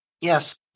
Yes